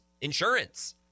insurance